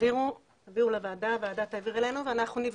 ותעבירו לוועדה, הוועדה תעביר אלינו ואנחנו נבדוק.